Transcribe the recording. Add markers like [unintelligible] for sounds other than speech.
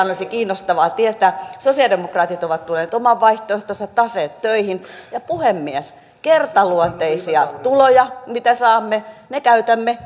se olisi kiinnostavaa tietää sosialidemokraatit ovat tuoneet oman vaihtoehtonsa taseet töihin ja puhemies kertaluonteisia tuloja mitä saamme käytämme [unintelligible]